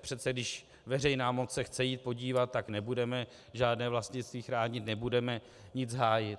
přece když veřejná moc se chce jít podívat, tak nebudeme žádné vlastnictví chránit, nebudeme nic hájit.